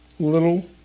Little